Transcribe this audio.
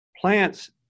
plants